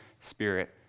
spirit